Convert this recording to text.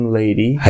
lady